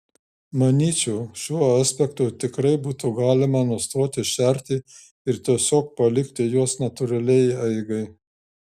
manyčiau šiuo aspektu tikrai būtų galima nustoti šerti ir tiesiog palikti juos natūraliai eigai